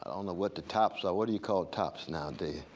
i don't know what the tops are. what do you call tops nowadays?